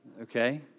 okay